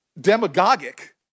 demagogic